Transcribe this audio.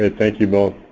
ah thank you both.